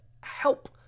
help